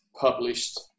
published